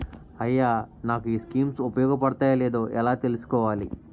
అయ్యా నాకు ఈ స్కీమ్స్ ఉపయోగ పడతయో లేదో ఎలా తులుసుకోవాలి?